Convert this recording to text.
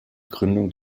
gründung